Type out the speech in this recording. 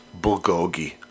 bulgogi